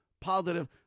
positive